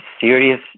serious